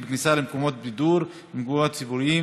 ובכניסה למקומות בידור ולמקומות ציבוריים,